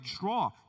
Draw